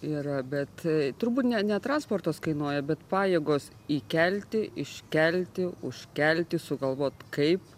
ir bet turbūt ne ne transportas kainuoja bet pajėgos įkelti iškelti užkelti sugalvot kaip